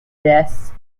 this